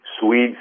Swedes